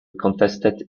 contested